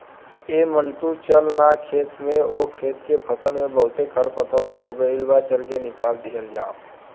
ऐ मंटू चल ना खेत में ओह खेत के फसल में बहुते खरपतवार हो गइल बा, चल के निकल दिहल जाव